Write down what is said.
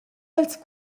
dals